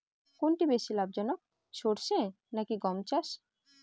কোনটি বেশি লাভজনক সরষে নাকি গম চাষ?